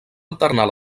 alternar